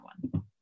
one